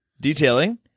detailing